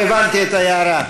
הבנתי את ההערה.